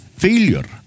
failure